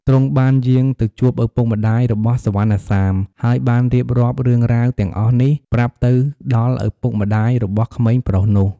ទ្រង់បានយាងទៅជួបឪពុកម្ដាយរបស់សុវណ្ណសាម ហើយបានរៀបរាប់រឿងរ៉ាវទាំងអស់នេះប្រាប់ទៅដល់ឪពុកម្តាយរបស់ក្មេងប្រុសនោះ។